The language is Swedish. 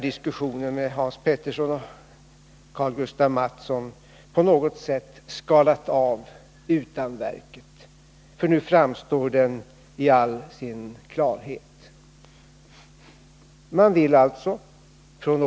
Diskussionen med Hans Petersson och Karl-Gustaf Mathsson har på något sätt skalat av utanverket — nu framstår deras inställning i all sin klarhet.